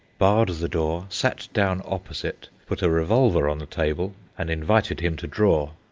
barred the door, sat down opposite, put a revolver on the table, and invited him to draw.